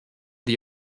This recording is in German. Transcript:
die